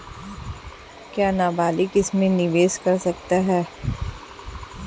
क्या नाबालिग इसमें निवेश कर सकता है?